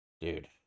Dude